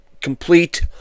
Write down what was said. complete